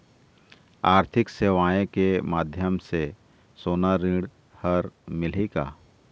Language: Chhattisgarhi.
आरथिक सेवाएँ के माध्यम से सोना ऋण हर मिलही का?